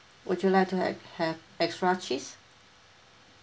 would you like to had have extra cheese